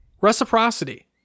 reciprocity